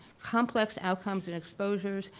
complex outcomes and exposures,